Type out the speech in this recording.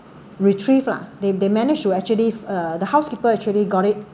retrieve lah they they managed to actually uh the housekeeper actually got it